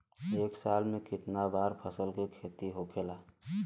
एक साल में कितना बार फसल के खेती होखेला?